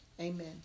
Amen